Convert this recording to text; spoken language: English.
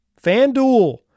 FanDuel